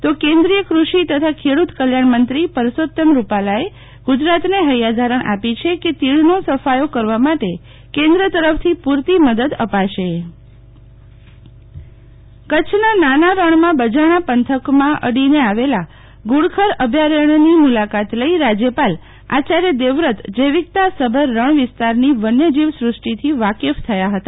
તો કેન્દ્રીય કૃષિ તથા ખેડુતોકલ્યાણ મંત્રી પરેષોત્તમં રૂપાલાએએ ગુજરાંતને હૈયા ધારણા આપી છે કે તીડનો સફાયો કરવા માટે કેન્દ્ર તરફથી પુરતી મદદ અપાશે જયપાલ મલાકા કચ્છના નાના રણમાં બજાણા પંથકમાં અડીને આવેલા ધુડખર અભ્યાણ્મી મુલાકાત લઈ રાજપાલ આચાર્ય દેવવ્રત જૈવિકતા સભર રણ વિસ્તારની વન્યજીવ સુ ષ્ટિથી વાકેફ થયા હતા